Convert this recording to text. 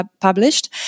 published